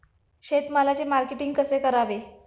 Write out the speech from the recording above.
शेतमालाचे मार्केटिंग कसे करावे?